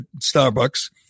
Starbucks